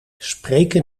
spreken